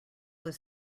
was